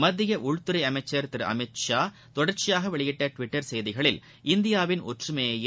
மத்திய உள்துறை அமைச்சர் திரு அமித் ஷா தொடர்ச்சியாக வெளியிட்ட டுவிட்டர் செய்திகளில் இந்தியாவின் ஒற்றுமையும்